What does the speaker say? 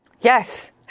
Yes